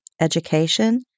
education